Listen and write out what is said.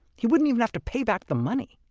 he wouldn't even have to pay back the money!